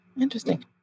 Interesting